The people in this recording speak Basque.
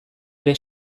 ere